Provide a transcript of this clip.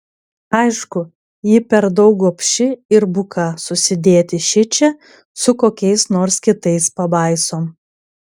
aišku ji per daug gobši ir buka susidėti šičia su kokiais nors kitais pabaisom